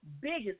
biggest